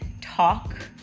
talk